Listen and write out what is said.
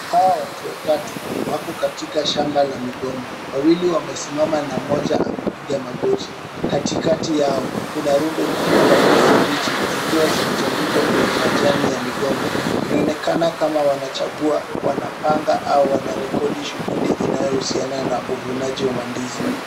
Hawa watu watatu, wako katika shamba la migomba. Wawili wamesimama na moja amepiga magoti. Katikati yao kuna rundo kubwa la ndizi mbichi zikiwa zimetandikwa kwenye majani ya migomba. Inaonekana kama wanachagua wanapanga au wanarekodi shughuli inayohusiana na uvunaji wa mandizi.